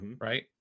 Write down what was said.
Right